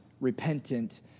repentant